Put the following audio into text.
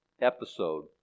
episode